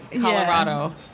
Colorado